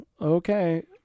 okay